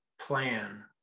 plan